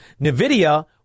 Nvidia